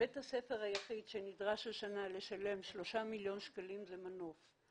בית הספר היחיד שנדרש השנה לשלם 3 מיליון שקלים זה מנוף.